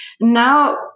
Now